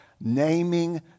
naming